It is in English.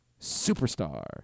superstar